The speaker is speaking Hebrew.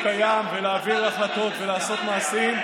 את הכוח כשהוא קיים ולהעביר החלטות ולעשות מעשים,